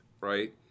right